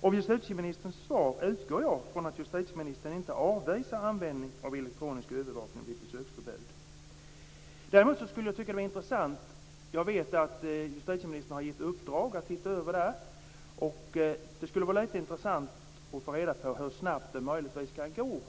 Av justitieministerns svar utgår jag från att justitieministern inte avvisar användning av elektronisk övervakning vid besöksförbud. Jag vet att justitieministern har gett ett uppdrag att titta över detta. Det skulle vara lite intressant att få reda på hur snabbt det möjligtvis kan gå.